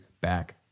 back